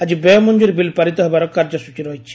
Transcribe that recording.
ଆଜି ବ୍ୟୟ ମଞ୍ଞୁରି ବିଲ୍ ପାରିତ ହେବାର କାର୍ଯ୍ୟସ୍ଚଚୀ ରହିଛି